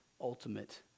ultimate